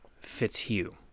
Fitzhugh